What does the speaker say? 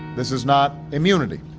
this is not immunity.